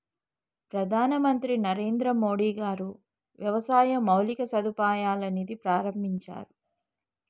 ప్రధాన మంత్రి నరేంద్రమోడీ గారు వ్యవసాయ మౌలిక సదుపాయాల నిధి ప్రాభించారు